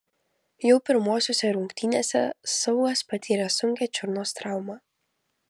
jau pirmosiose rungtynėse saugas patyrė sunkią čiurnos traumą